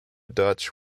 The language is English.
dutch